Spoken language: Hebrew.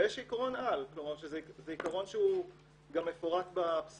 אבל יש עיקרון על שזה עיקרון שהוא גם מפורט בפסיקה,